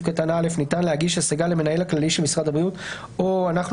קטן (א) ניתן להגיש השגה למנהל הכללי של משרד הבריאות או אנחנו